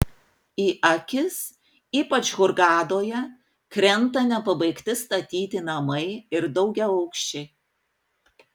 į akis ypač hurgadoje krenta nepabaigti statyti namai ir daugiaaukščiai